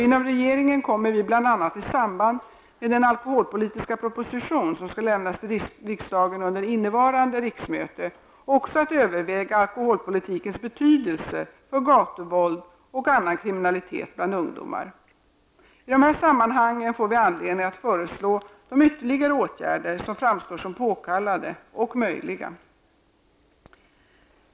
Inom regeringen kommer bl.a. i samband med den alkoholpolitiska proposition som skall lämnas till riksdagen under innevarande riksmöte också att överväga alkoholpolitikens betydelse för gatuvåld och annan kriminalitet bland ungdomar. I dessa sammanhang får vi anledning att föreslå de ytterligare åtgärder som framstår som påkallade och möjliga.